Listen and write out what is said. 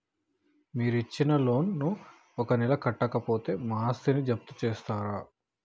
మీరు ఇచ్చిన లోన్ ను ఒక నెల కట్టకపోతే మా ఆస్తిని జప్తు చేస్తరా?